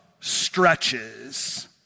stretches